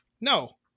no